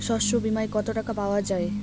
শস্য বিমায় কত টাকা পাওয়া যায়?